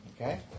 Okay